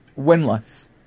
winless